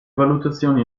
valutazioni